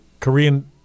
Korean